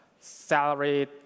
salary